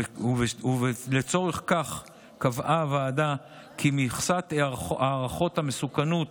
לצורך זה קבעה הוועדה כי מכסת הערכות המסוכנות